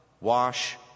wash